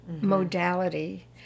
modality